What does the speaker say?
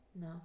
No